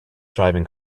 driving